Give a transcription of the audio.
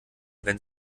wenn